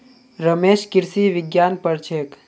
रमेश कृषि विज्ञान पढ़ छेक